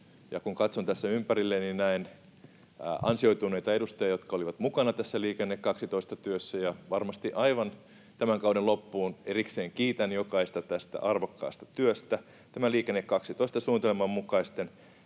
kun katson tässä ympärilleni, näen ansioituneita edustajia, jotka olivat mukana tässä Liikenne 12 ‑työssä, ja varmasti aivan tämän kauden loppuun erikseen kiitän jokaista tästä arvokkaasta työstä. Tämän Liikenne 12 ‑suunnitelman mukaisten